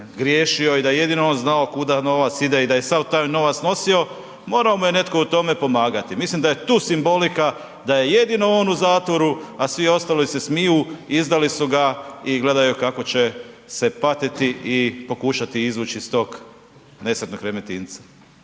griješio i da je jedino on znao kuda novac ide i da je sav taj novac nosio, morao mu je netko u tome pomagati. Mislim da je tu simbolika da je jedino on u zatvoru, a svi ostali se smiju i izdali su ga i gledaju kako će se patiti i pokušati izvući iz tog nesretnog Remetinca.